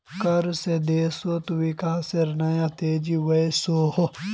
कर से देशोत विकासेर नया तेज़ी वोसोहो